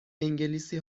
انگلیسی